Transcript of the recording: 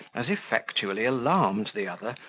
as effectually alarmed the other,